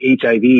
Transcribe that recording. HIV